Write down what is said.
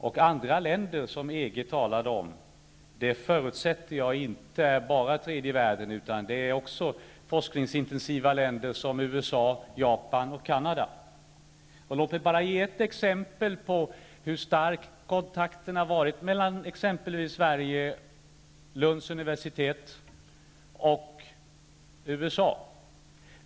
De andra länder som man talar om förutsätter jag är inte bara tredje världens länder, utan också forskningsintensiva länder som USA, Låt mig ge ett exempel på hur starka kontakterna mellan exempelvis Sverige, Lunds universitet, och USA har varit.